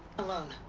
alone